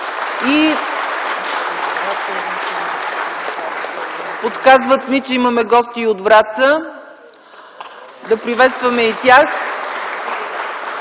Подсказват ми, че имаме гости и от Враца. Да приветстваме и тях!